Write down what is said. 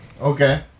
Okay